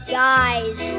guys